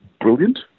brilliant